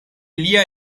lia